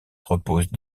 repose